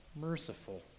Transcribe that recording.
merciful